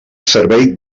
servei